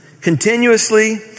continuously